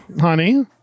honey